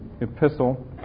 epistle